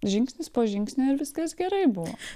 žingsnis po žingsnio ir viskas gerai buvo